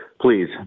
please